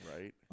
Right